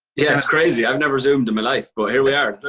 yeah, it's crazy. i've never zoomed in my life, but here we are.